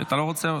אתה לא רוצה?